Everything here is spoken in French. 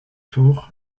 tour